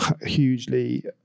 hugely